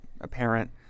apparent